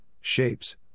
shapes